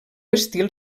estil